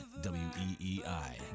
W-E-E-I